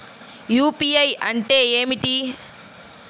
UPI అంటే ఏమిటి?